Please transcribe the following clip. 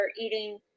eating